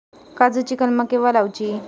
काजुची कलमा केव्हा लावची?